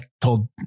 told